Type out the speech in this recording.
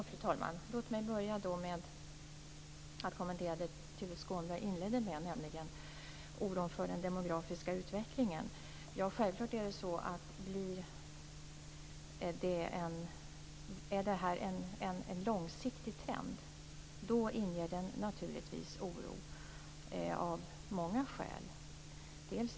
Fru talman! Låt mig börja med att kommentera det som Tuve Skånberg inledde med, nämligen oron för den demografiska utvecklingen. Om det här är en långsiktig trend inger den naturligtvis oro av många skäl.